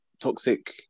toxic